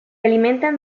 alimentan